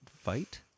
fight